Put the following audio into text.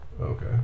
Okay